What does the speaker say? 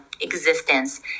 existence